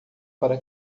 para